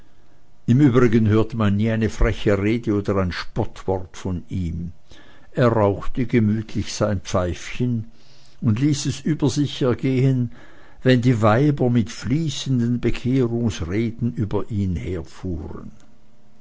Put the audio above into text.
im übrigen hörte man nie eine freche rede oder ein spottwort von ihm er rauchte gemütlich sein pfeifchen und ließ es über sich ergehen wenn die weiber mit fließenden bekehrungsreden über ihn herfuhren